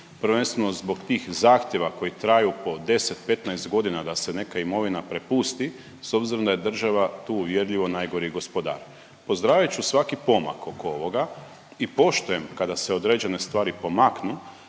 prvenstveno zbog tih zahtjeva koji traju po 10, 15 godina da se neka imovina prepusti s obzirom da je država tu uvjerljivo najgori gospodar. Pozdravit ću svaki pomak oko ovoga i poštujem kada se određene stvari pomaknu,